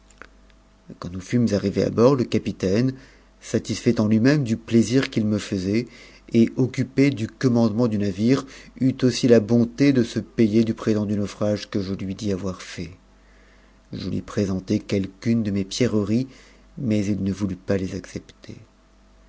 quand nous tûmes arrivés à bord le capitaine satisfait en lui mêmf du plaisir qu'il me faisait et occupé du commandement du navire cm aussi la bonté de se payer du prétendu naufrage que je lui dis avoir fait je lui présentai quelques-unes de mes pierreries mais i ne voulut pas les accepter